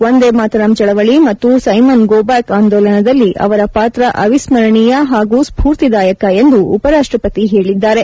ವಂದೇಮಾತರಂ ಚಳವಳಿ ಮತ್ತು Simon go back ಆಂದೋಲನದಲ್ಲಿ ಅವರ ಪಾತ್ರ ಅವಸ್ಕರಣೀಯ ಹಾಗೂ ಸ್ಬೂರ್ತಿದಾಯಕ ಎಂದು ಉಪರಾಷ್ಟ ಪತಿ ಹೇಳಿದ್ದಾರೆ